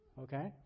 Okay